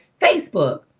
Facebook